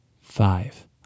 Five